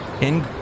in-